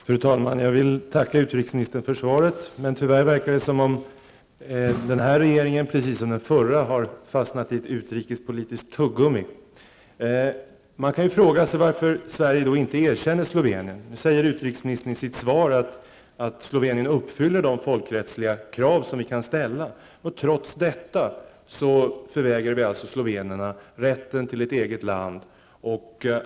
Fru talman! Jag vill tacka utrikesministern för svaret. Tyvärr verkar det som om den här regeringen, precis som den förra, har fastnat i ett utrikespolitiskt tuggummi. Man kan fråga sig varför Sverige inte erkänner Slovenien. Utrikesministern säger i sitt svar att Slovenien uppfyller de folkrättsliga krav som vi kan ställa, och trots detta förvägrar Sverige alltså slovenerna rätten till ett eget land.